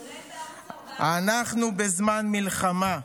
כולל בערוץ 14. אנחנו בזמן מלחמה.